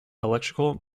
electrical